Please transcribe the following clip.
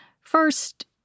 First